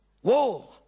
Whoa